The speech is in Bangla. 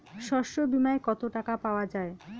শস্য বিমায় কত টাকা পাওয়া যায়?